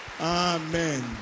amen